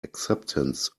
acceptance